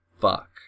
Fuck